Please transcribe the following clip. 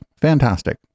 Fantastic